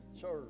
church